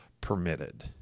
permitted